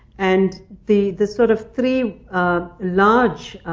and the the sort of three large